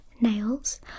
nails